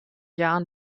jahren